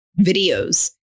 videos